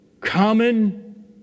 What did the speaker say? Common